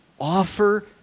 Offer